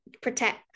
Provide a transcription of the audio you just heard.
protect